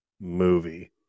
Movie